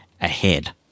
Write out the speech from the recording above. ahead